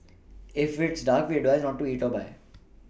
if it's dark we advise not to eat or buy